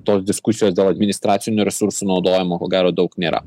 tos diskusijos dėl administracinių resursų naudojimo ko gero daug nėra